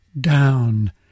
down